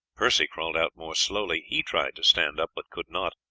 percy crawled out more slowly he tried to stand up, but could not.